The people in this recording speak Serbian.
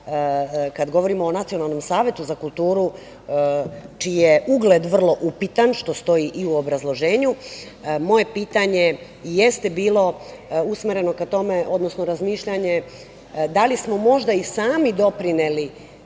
kada govorimo o Nacionalnom savetu za kulturu, čiji je ugled vrlo upitan, što stoji i u obrazloženju, moje pitanje i jeste bilo usmereno ka tome, odnosno razmišljanje da li smo možda i sami doprineli